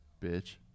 bitch